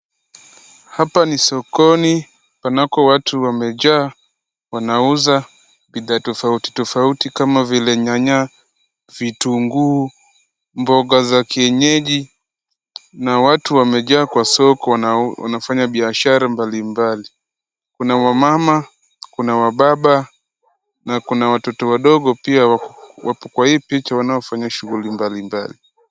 Hapa ni sokoni panako watu wamejaa wanauza bidhaa tofauti tofauti kama vile nyanya, vitunguu, mboga za kienyeji na watu wamejaa kwa soko na wanafanya biashara mbalimbali. Kuna wamama, kuna wababa na kuna watoto wadogo pia wako kwa hii picha wanaofanya shughuli mbalimbali.